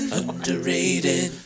underrated